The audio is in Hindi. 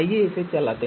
आइए इसे चलाते हैं